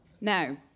Now